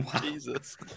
Jesus